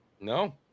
no